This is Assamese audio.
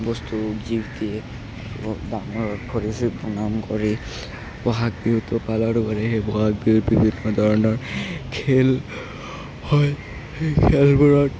বস্তু গিফট দিয়ে আৰু ডাঙৰক ভৰি চুই প্ৰণাম কৰি বহাগ বিহুটো পালন কৰে সেই বহাগ বিহুত বিভিন্ন ধৰণৰ খেল হয় সেই খেলবোৰত